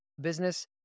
business